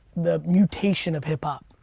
the mutation of hip hop?